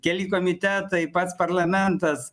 keli komitetai pats parlamentas